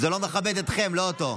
זה לא מכבד אתכם, לא אותו.